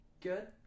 Good